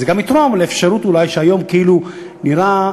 זה גם יתרום אולי לאפשרות שהיום כאילו נראה,